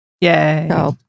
Yay